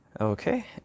Okay